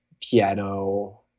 piano